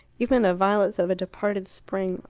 even the violets of a departed spring,